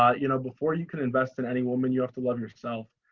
ah you know, before you can invest in any woman, you have to love yourself.